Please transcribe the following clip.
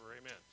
Amen